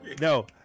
No